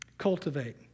Cultivate